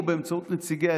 או באמצעות נציגיה,